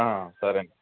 సరే